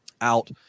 out